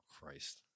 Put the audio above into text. Christ